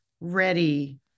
ready